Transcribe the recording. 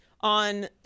on